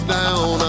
down